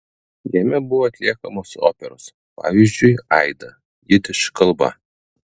jame buvo atliekamos operos pavyzdžiui aida jidiš kalba